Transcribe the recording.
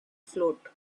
float